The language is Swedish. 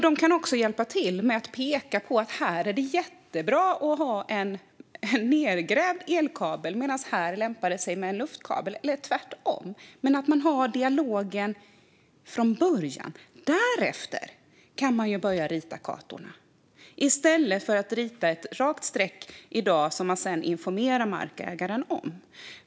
De kan också hjälpa till med att peka på att det på vissa platser är jättebra att ha en nedgrävd elkabel medan det på andra platser lämpar sig med en luftkabel, eller tvärtom. Man måste ha dialogen från början; därefter kan börja rita kartorna. Detta bör man göra i stället för att rita ett rakt streck som man sedan informerar markägaren om.